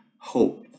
hope